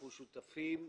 אנחנו שותפים.